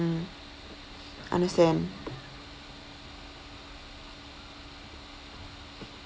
mm understand